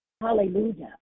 Hallelujah